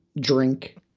drink